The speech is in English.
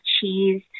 cheese